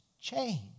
change